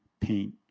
paint